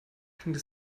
klingt